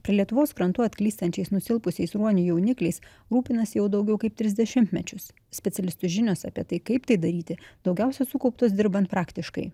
prie lietuvos krantų atklystančiais nusilpusiais ruonių jaunikliais rūpinasi jau daugiau kaip tris dešimtmečius specialistų žinios apie tai kaip tai daryti daugiausia sukauptos dirbant praktiškai